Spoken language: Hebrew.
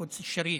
אל-קודס הקדושה,)